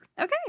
Okay